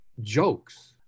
jokes